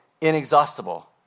Inexhaustible